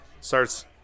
starts